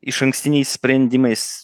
išankstiniais sprendimais